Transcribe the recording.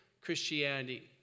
Christianity